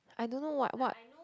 I don't know what what